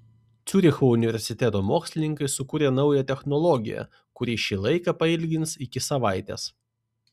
ciuricho universiteto mokslininkai sukūrė naują technologiją kuri šį laiką pailgins iki savaitės